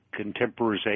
contemporization